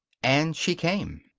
and she came.